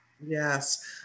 Yes